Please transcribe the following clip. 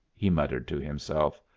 he muttered to himself.